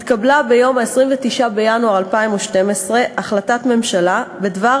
התקבלה ביום 29 בינואר 2012 החלטת ממשלה בדבר